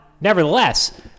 nevertheless